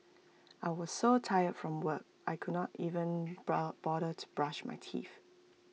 I was so tired from work I could not even bother to brush my teeth